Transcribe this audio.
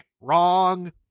Wrong